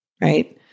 right